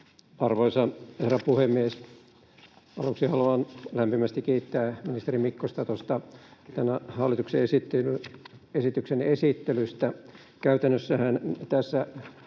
Arvoisa herra puhemies! Aluksi haluan lämpimästi kiittää ministeri Mikkosta hallituksen esityksen esittelystä. Käytännössähän tässä